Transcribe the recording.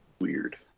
Weird